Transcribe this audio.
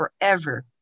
forever